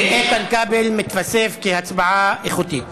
איתן כבל מתווסף כהצבעה איכותית.